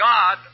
God